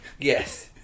Yes